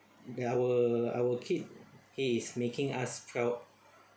that our our kid he is making us proud